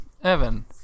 Evan